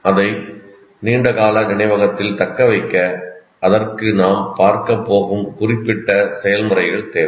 அதை நீண்டகால நினைவகத்தில் தக்கவைக்க அதற்கு நாம் பார்க்க போகும் குறிப்பிட்ட செயல்முறைகள் தேவை